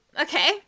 okay